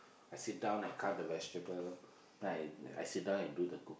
I sit down I cut the vegetable then I then I sit down and do the cook~